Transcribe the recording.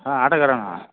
ஆ ஆட்டோக்காரங்களா